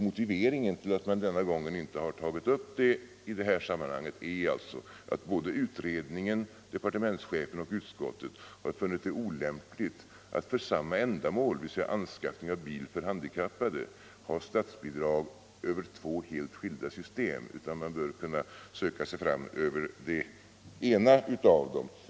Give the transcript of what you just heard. Motiveringen till att man denna gång inte tagit upp rullstolar och bilar är alltså att såväl utredningen som departementschefen och utskottet har funnit det olämpligt att för samma ändamål ge statsbidrag över två helt skilda system. Man bör kunna söka sig fram över det ena.